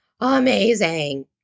Amazing